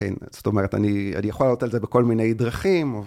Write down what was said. כן, זאת אומרת, אני... אני יכול לעלות על זה בכל מיני דרכים.